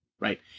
right